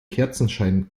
kerzenschein